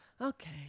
Okay